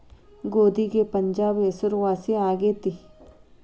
ಗೋಧಿಗೆ ಪಂಜಾಬ್ ಹೆಸರುವಾಸಿ ಆಗೆತಿ